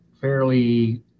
fairly